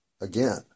again